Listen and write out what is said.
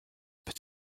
peut